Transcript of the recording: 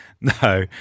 no